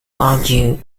argue